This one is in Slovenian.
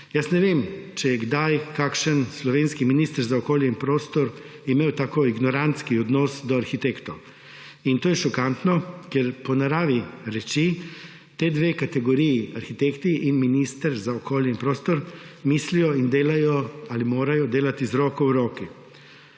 Ne vem, če je kdaj kakšen slovenski minister za okolje in prostor imel tako ignorantski odnos do arhitektov. To je šokantno, ker po naravi reči ti dve kategoriji, arhitekti in minister za okolje in prostor, mislijo in delajo ali morajo delati z roko v roki.